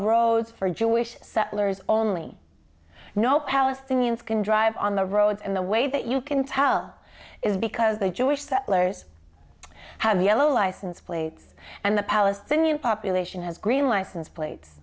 roads for jewish settlers only no palestinians can drive on the roads and the way that you can tell is because the jewish settlers have yellow license plates and the palestinian population has green license plates